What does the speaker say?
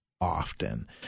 often